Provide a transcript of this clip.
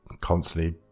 constantly